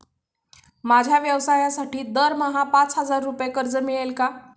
माझ्या व्यवसायासाठी दरमहा पाच हजार रुपये कर्ज मिळेल का?